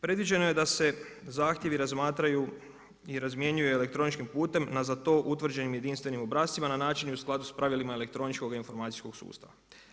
Predviđeno je da se zahtjevi razmatraju i razmjenjuju elektroničkim putem na za to utvrđenim jedinstvenim obrascima na način i u skladu s pravilima elektroničkog informacijskog sustava.